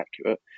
accurate